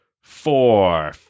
four